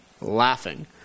laughing